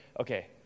Okay